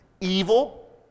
evil